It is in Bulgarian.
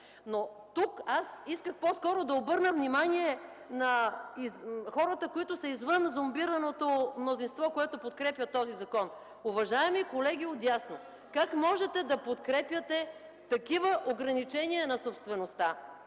Но тук аз исках по-скоро да обърна внимание на хората, които са извън зомбираното мнозинство, което подкрепя този закон. Уважаеми колеги отдясно, как можете да подкрепяте такива ограничения на собствеността,